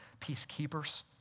peacekeepers